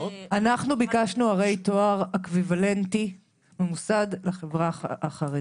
אנחנו ביקשנו הרי תואר אקוויוולנטי ממוסד לחברה החרדית.